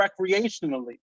recreationally